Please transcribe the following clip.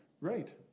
Right